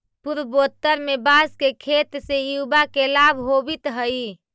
पूर्वोत्तर में बाँस के खेत से युवा के लाभ होवित हइ